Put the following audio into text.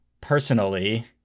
personally